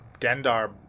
Dendar